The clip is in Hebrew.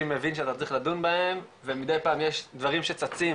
מבין שצריך לדון בהם ומדי פעם יש דברים שצצים